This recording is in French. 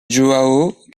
joão